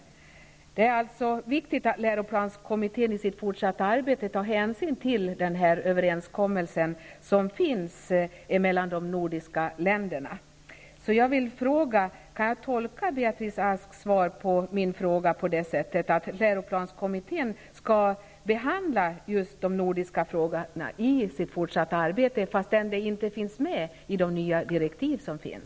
Det är alltså viktigt att läroplanskommittén i sitt fortsatta arbete tar hänsyn till den överenskommelse som finns mellan de nordiska länderna. Jag vill fråga Beatrice Ask om jag kan tolka hennes svar på min fråga på det sättet att läroplanskommittén skall behandla just de nordiska frågorna i sitt fortsatta arbete, trots att det inte står något om det i de nya direktiven.